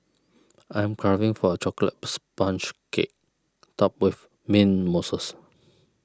I am craving for a Chocolate Sponge Cake Topped with Mint Mousses